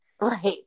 right